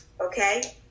Okay